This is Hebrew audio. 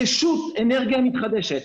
רשות אנרגיה מתחדשת,